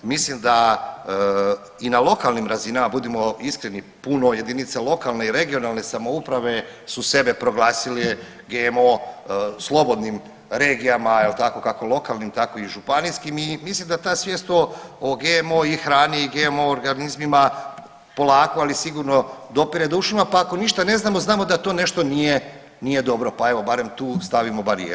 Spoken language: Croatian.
Mislim da i na lokalnim razinama, budimo iskreni puno jedinica lokalne i regionalne samouprave su sebe proglasile GMO slobodnim regijama jel tako, kako lokalnim tako i županijskim i mislim da ta svijet o GMO i hrani i GMO organizmima polako, ali sigurno dopire do ušima, pa ako ništa ne znamo, znamo da to nešto nije, nije dobro pa evo barem tu stavimo barijeru.